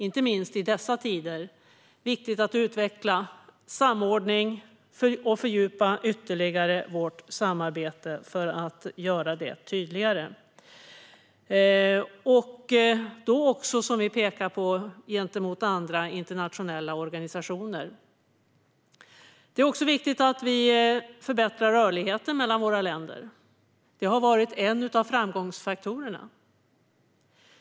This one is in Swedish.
Inte minst i dessa tider är det viktigt att utveckla samordningen och ytterligare fördjupa vårt samarbete för att göra det tydligare, och då också, som vi pekar på, gentemot andra internationella organisationer. Det är också viktigt att vi förbättrar rörligheten mellan våra länder, vilken har varit en av framgångsfaktorerna.